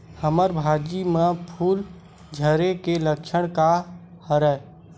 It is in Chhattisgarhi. हमर भाजी म फूल झारे के लक्षण का हरय?